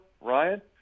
Ryan